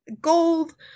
gold